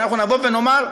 שאנחנו נאמר,